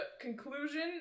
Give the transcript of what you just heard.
conclusion